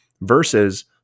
versus